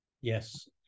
Yes